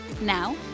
Now